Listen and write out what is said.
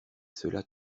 cela